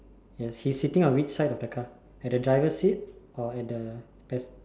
yes he is sitting at which side of the car at the driver or at the space